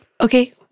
okay